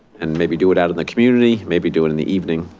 and maybe do it out in the community, maybe do it in the evening.